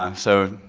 um so,